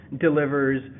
delivers